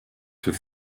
für